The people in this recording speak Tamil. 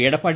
எடப்பாடி